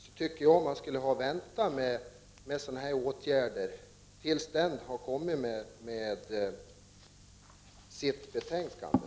Jag tycker att man skulle ha väntat med sådana här åtgärder tills utredningen har kommit med sitt betänkande.